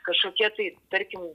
kažkokie tai tarkim